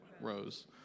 rose